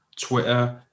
Twitter